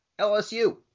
LSU